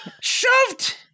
Shoved